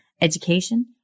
education